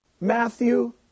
Matthew